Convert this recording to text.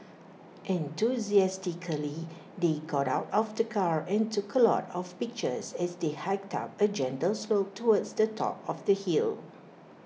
enthusiastically they got out of the car and took A lot of pictures as they hiked up A gentle slope towards the top of the hill